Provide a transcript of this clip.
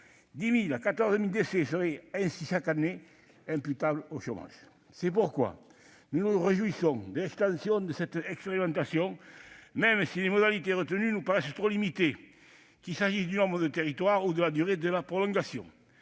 10 000 à 14 000 décès seraient ainsi imputables au chômage chaque année. C'est pourquoi nous nous réjouissons de l'extension de cette expérimentation, même si les modalités retenues nous paraissent trop restrictives, qu'il s'agisse du nombre de territoires concernés ou de la durée de la prolongation.